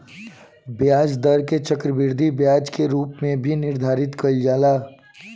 ब्याज दर के चक्रवृद्धि ब्याज के रूप में भी निर्धारित कईल जाला